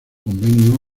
convenio